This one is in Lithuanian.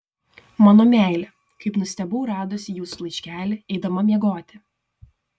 mano meile kaip nustebau radusi jūsų laiškelį eidama miegoti